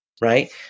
right